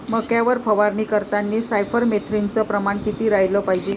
मक्यावर फवारनी करतांनी सायफर मेथ्रीनचं प्रमान किती रायलं पायजे?